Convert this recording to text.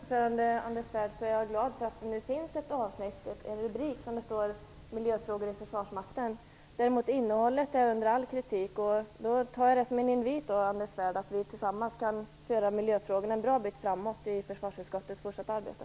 Fru talman! Som jag sade i mitt anförande, Anders Svärd, är jag glad för att det nu finns en rubrik som heter Miljöfrågor i försvarsmakten. Däremot är innehållet under all kritik. Jag tar det som en invit, Anders Svärd, att vi tillsammans kan föra miljöfrågorna en bra bit framåt i försvarsutskottets fortsatta arbete.